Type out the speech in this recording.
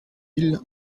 mille